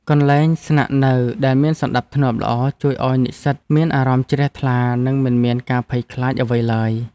កន្លែងស្នាក់នៅដែលមានសណ្តាប់ធ្នាប់ល្អជួយឱ្យនិស្សិតមានអារម្មណ៍ជ្រះថ្លា និងមិនមានការភ័យខ្លាចអ្វីឡើយ។